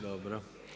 Dobro.